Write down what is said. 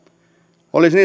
olisi